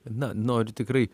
na noriu tikrai